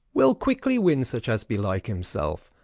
will quickly win such as be like himself.